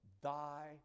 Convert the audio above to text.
thy